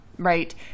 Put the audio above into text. Right